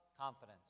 confidence